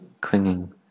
clinging